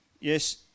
Yes